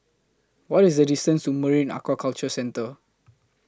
What IS The distance to Marine Aquaculture Centre